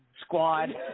Squad